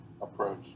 approach